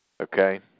Okay